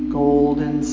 golden